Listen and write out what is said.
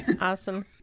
awesome